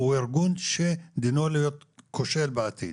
הוא ארגון שדינו להיות כושל בעתיד.